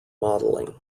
modeling